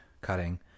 cutting